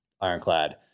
Ironclad